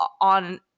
on